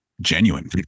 genuine